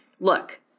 look